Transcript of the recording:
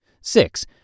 Six